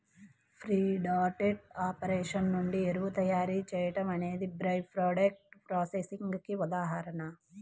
feedlot operation నుండి ఎరువు తయారీ చేయడం అనేది బై ప్రాడక్ట్స్ ప్రాసెసింగ్ కి ఉదాహరణ